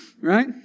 right